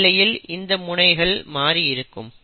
இந்த இழையில் இந்த முனைகள் மாறி இருக்கும்